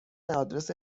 آدرس